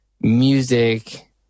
music